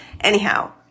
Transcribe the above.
Anyhow